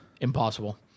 Impossible